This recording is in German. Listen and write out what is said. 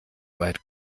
weit